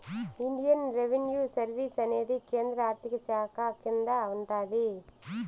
Indian revenue service అనేది కేంద్ర ఆర్థిక శాఖ కింద ఉంటాది